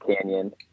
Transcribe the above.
canyon